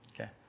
okay